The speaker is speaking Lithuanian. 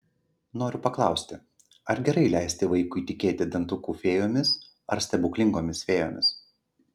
noriu paklausti ar gerai leisti vaikui tikėti dantukų fėjomis ar stebuklingomis fėjomis